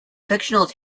fictional